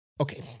okay